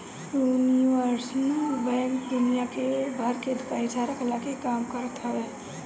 universal bank दुनिया भर के पईसा रखला के काम करत हवे